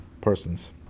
persons